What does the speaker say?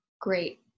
Great